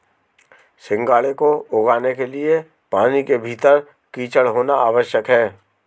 सिंघाड़े को उगाने के लिए पानी के भीतर कीचड़ होना आवश्यक है